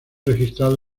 registrado